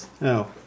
No